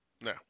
no